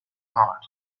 heart